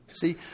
See